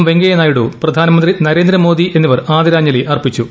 വെങ്കയ്യ നായിഡു പ്രധാനമന്ത്രി നരേന്ദ്ര മോദി എന്നിവർ ആദരാഞ്ജലി അർപ്പിച്ചു